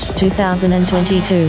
2022